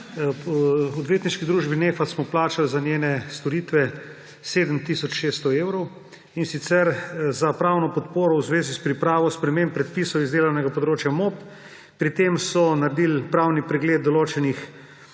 Odvetniški družbi Neffat smo plačali za njene storitve 7 tisoč 600 evrov, in sicer za pravno podporo v zvezi s pripravo sprememb predpisov iz delovnega področja MOP. Pri tem so naredili pravni pregled določenih